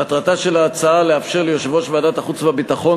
מטרתה של ההצעה לאפשר ליושב-ראש ועדת החוץ והביטחון